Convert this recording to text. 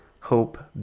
hope